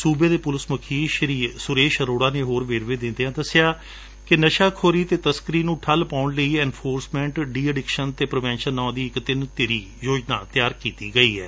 ਸੁਬੇ ਦੇ ਪੁਲਿਸ ਮੁਖੀ ਸੁਰੇਸ਼ ਅਰੋੜਾ ਨੇ ਹੋਰ ਵੇਰਵੇ ਦਿਦਿਆਂ ਦਸਿਆ ਕਿ ਨਸ਼ਾ ਖੋਰੀ ਅਤੇ ਤਸਕਰੀ ਨੂੰ ਠੱਲ ਪਾਉਣ ਲਈ ਇਨਫੋਰਸਮੈਟ ਡੀ ਅਡਿਕਸ਼ਨ ਅਤੇ ਪ੍ਰੀਵੈਸ਼ਨ ਨਾਉ ਦੀ ਇਕ ਤਿੰਨ ਧਿਰੀ ਯੋਜਨਾ ਬਣਾਈ ਗਈ ਏ